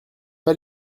pas